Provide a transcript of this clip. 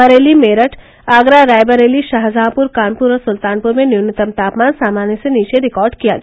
बरेली मेरठ आगरा रायबरेली शाहजहांपुर कानपुर और सुल्तानपुर में न्यूनतम तापमान सामान्य से नीचे रिकार्ड किया गया